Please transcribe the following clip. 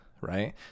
right